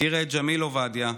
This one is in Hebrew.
הכירה את ג'מיל עובדיה,